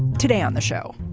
today on the show,